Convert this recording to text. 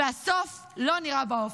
והסוף לא נראה באופק.